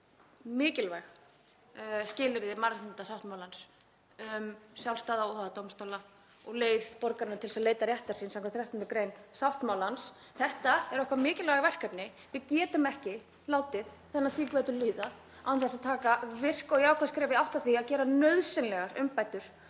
mikilvæg skilyrði mannréttindasáttmálans um sjálfstæða, óháða dómstóla og leið borgaranna til að leita réttar síns skv. 13. gr. sáttmálans. Þetta er okkar mikilvæga verkefni. Við getum ekki látið þennan þingvetur líða án þess að stíga virk og jákvæð skref í átt að því að gera nauðsynlegar umbætur